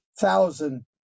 thousand